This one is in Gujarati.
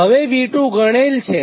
હવે V2 ગણેલ છે